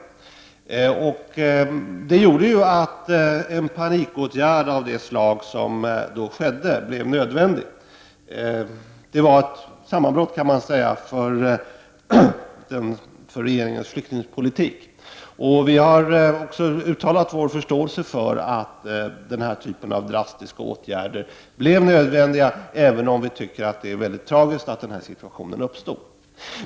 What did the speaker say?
Utvecklingen ledde till att en panikåtgärd av det slag som vidtogs blev nödvändig. Man kan säga att det var ett sammanbrott för regeringens flyktingpolitik. Vi har uttalat vår förståelse för att den här typen av drastiska åtgärder blev nödvändig, även om det var tragiskt att denna situation uppstod.